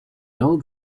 old